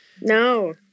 No